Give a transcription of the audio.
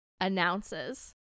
announces